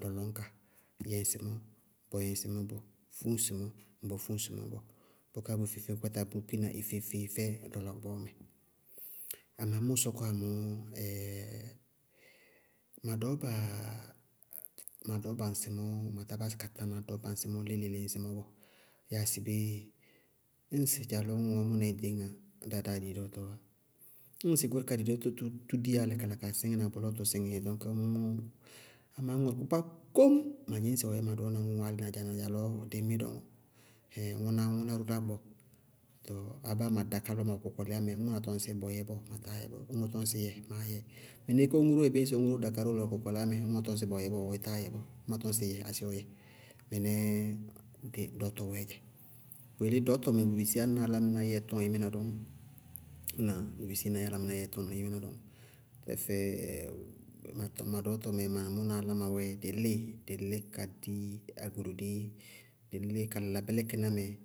lɔlɔñka. Yɛ ŋsɩmɔɔ, bʋ yɛ ŋsɩmɔɔ bɔɔ, fú ŋsɩmɔɔ, bɔ fú ŋsɩmɔɔ bɔɔ. Bʋká bʋ feé-feé kata bʋʋ kpína ɩ feé-feé fɛ lɔlɔ gbɔɔɔ mɛ. Amá mʋʋ sɔkɔwa mɔɔ ma dɔɔba, ma dɔɔba ŋsɩmɔɔ, matá báásí ka tána dɔɔba ŋsɩmɔɔ lé-lé-lé ŋsɩmɔɔ bɔɔ. Yáa sɩ bé ñŋsɩ dza lɔ ŋʋŋɔɔ mʋ naí ɖeñŋá, dá wɛ dáá di dɔɔtɔɔwá. Ñŋsɩ goóre kaá dɩ dɔɔtɔ tʋ tʋ diyá álɩ kala kaa síŋí na, bʋlɔɔ tʋ síŋɩí dzɛ. Ɖɔñk mʋmʋ amá bʋrʋkpákpá kóññ ma dsɩñsɩ ɔ yɛ ma dɔɔna ŋʋŋɔɔ álɩ nadza-nadza dɩí mí dɔŋɔ, ɔ lá gbɔɔɔ, tɔɔ ŋʋná ró lá gbɔɔɔ. Tɔɔ abáa ma dakáa lɔ ma wɛ kɔkɔlɩyá mɛ ñŋ ŋʋná tɔñsɩ bʋ yɛ bɔɔ, ma táa yɛ bɔɔ, ñŋ ɔ tɔñ sɩ yɛ maá yɛ. Mɩnɛ kéé ɔñʋ róó yɛ ñŋ ɔŋʋ ró dakáa lɔ ma tɔñ sɩ bɔyɛ bɔɔ, ɔ táa yɛ bɔɔ, ñŋ ma tɔñ sɩ yɛ, aséé ɔ yɛ. Mɩnɛɛ dɔɔtɔ wɛɛ dzɛ. Bʋ yelé dɔɔtɔ bʋ bisí álámɩná í yɛ ɩí tɔñ ɩí mɩna dɔñɔ. Tɛfɛ ma dɔɔtɔ mɛ ma mʋna áláma wɛ, dɩ líɩ dɩ lí ka di agoludé, dɩ lí kala bɩlɛkɩná mɛ.